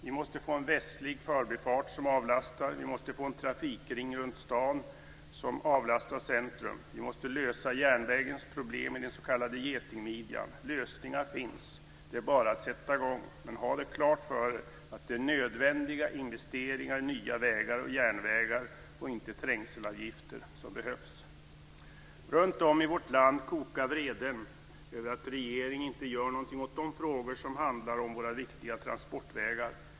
Vi måste få en västlig förbifart som avlastar. Vi måste få en trafikring runt stan, som avlastar centrum. Vi måste lösa järnvägens problem i den s.k. getingmidjan. Lösningar finns. Det är bara att sätta i gång. Men ha klart för er att det är nödvändiga investeringar i nya vägar och järnvägar och inte trängselavgifter som behövs! Runtom i vårt land kokar vreden över att regeringen inte gör något åt de frågor som handlar om våra viktiga transportvägar.